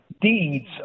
deeds